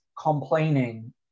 complaining